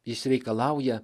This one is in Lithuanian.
jis reikalauja